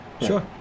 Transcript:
Sure